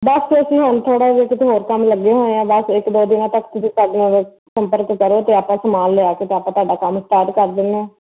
ਬਸ ਅਸੀਂ ਹੁਣ ਥੋੜ੍ਹਾ ਜਿਹਾ ਕਿਤੇ ਹੋਰ ਕੰਮ ਲੱਗਿਆ ਹੋਇਆ ਬਸ ਇੱਕ ਦੋ ਦਿਨਾਂ ਤੱਕ ਤੁਸੀਂ ਸਾਡੇ ਸੰਪਰਕ ਕਰੋ ਅਤੇ ਆਪਾਂ ਸਮਾਨ ਲਿਆ ਕੇ ਅਤੇ ਆਪਾਂ ਤੁਹਾਡਾ ਕੰਮ ਸਟਾਰਟ ਕਰ ਦਿੰਦੇ ਹਾਂ